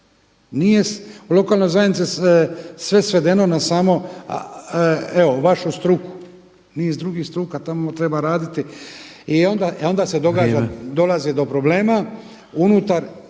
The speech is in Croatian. Nije u lokalnoj zajednici sve svedeno na samo vašu struku i niz drugih struka tamo treba raditi i onda dolazi do problema.